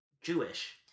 Jewish